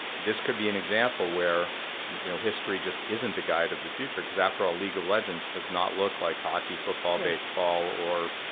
this could be an example where you know history just isn't a guide of the future. because after all, league of legends does not look like hockey, football, baseball or